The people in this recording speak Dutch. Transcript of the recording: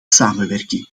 samenwerking